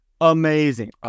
Amazing